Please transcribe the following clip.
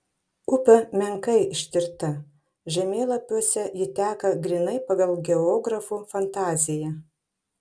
upė menkai ištirta žemėlapiuose ji teka grynai pagal geografų fantaziją